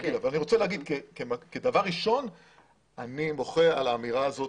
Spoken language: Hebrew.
אני רוצה לומר כדבר ראשון שאני מוחה על האמירה הזאת,